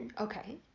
Okay